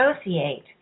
associate